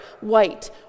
white